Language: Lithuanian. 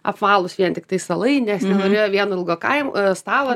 apvalūs vien tiktai stalai nieks norėjo vieno ilgo kaimo stalo